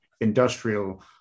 industrial